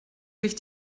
sich